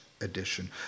edition